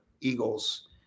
Eagles